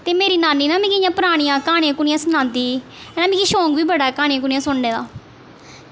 ते मेरी नानी ना मिगी इ'यां परानियां क्हानियां क्हूनियां सनांदी ही हैं मिगी शौंक बी बड़ा क्हानियां क्हूनियां सुनने दा